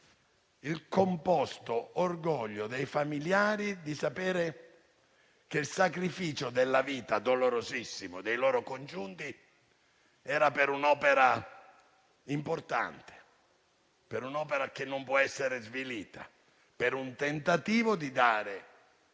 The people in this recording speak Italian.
il composto orgoglio dei familiari di sapere che il sacrificio della vita dolorosissimo dei loro congiunti era per un'opera importante che non può essere svilita, per un tentativo di dare